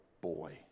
boy